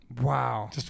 Wow